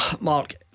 Mark